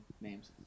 names